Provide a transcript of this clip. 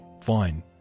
fine